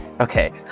Okay